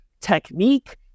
technique